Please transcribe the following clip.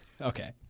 Okay